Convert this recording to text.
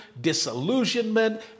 disillusionment